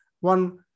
One